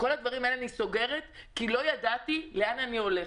את כל הדברים האלה אני סוגרת כי לא ידעתי לאן אני הולכת.